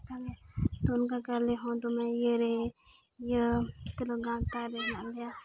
ᱛᱚ ᱚᱱᱠᱟ ᱜᱮ ᱟᱞᱮ ᱦᱚᱸ ᱫᱚᱢᱮ ᱤᱭᱟᱹ ᱞᱮ ᱤᱭᱟᱹ ᱛᱤᱱᱟᱹᱜ ᱜᱟᱶᱛᱟ ᱨᱮ ᱦᱮᱱᱟᱜ ᱞᱮᱭᱟ